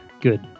Good